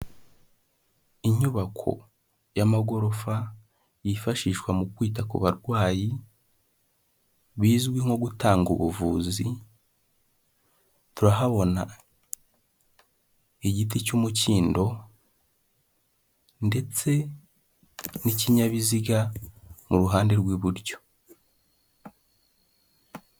Inyubako y'amagorofa yifashishwa mu kwita ku barwayi bizwi nko gutanga ubuvuzi, turahabona igiti cy'umukindo ndetse n'ikinyabiziga mu ruhande rw'buryo.